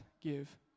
give